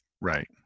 Right